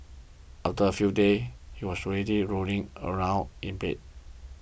after a few days he was already rolling around in bed